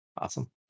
awesome